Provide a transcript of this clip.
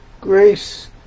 grace